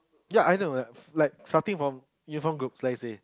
ya I know like like starting from uniform groups let's say